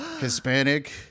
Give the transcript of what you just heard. Hispanic